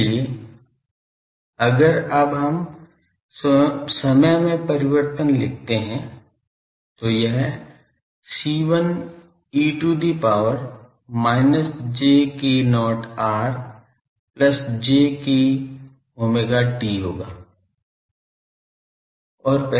इसलिए अगर अब हम समय में परिवर्तन लिखते हैं तो यह C1 e to the power minus j k not r plus j omega t होगा